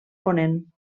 ponent